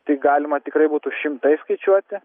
tai galima tikrai būtų šimtais skaičiuoti